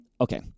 okay